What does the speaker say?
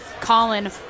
Colin